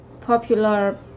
Popular